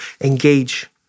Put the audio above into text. engage